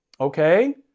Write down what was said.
Okay